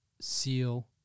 Seal